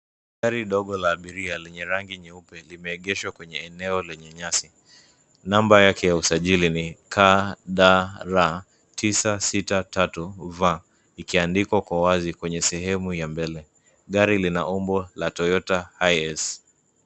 Gari dogo la abiria lenye rangi nyeupe, limeegeshwa kwenye eneo lenye nyasi. Namba yake ya usajili ni KDR 963V ikiandikwa kwa wazi kwenye sehemu ya mbele. Gari lina umbo la Toyota Hiace.